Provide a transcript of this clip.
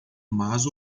mas